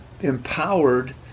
empowered